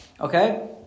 Okay